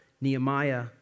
Nehemiah